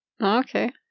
Okay